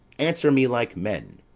answer me like men.